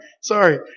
Sorry